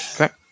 Okay